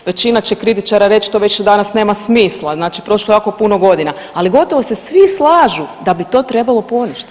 Većina će kritičara reć to već danas nema smisla, znači prošlo je jako puno godina, ali gotovo se svi slažu da bi to trebalo poništiti.